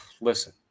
listen